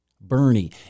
Bernie